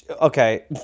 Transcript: Okay